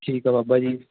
ਠੀਕ ਆ ਬਾਬਾ ਜੀ